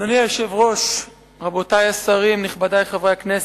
אדוני היושב-ראש, רבותי השרים, נכבדי חברי הכנסת,